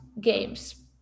games